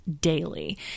daily